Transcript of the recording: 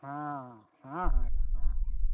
हाँ हाँ हाँ हाँ